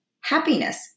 happiness